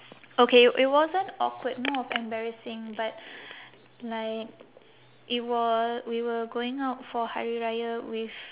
okay it wasn't awkward more of embarrassing but like it wa~ we were going out for hari raya with